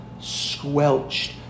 squelched